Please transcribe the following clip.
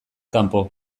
kanpo